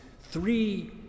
three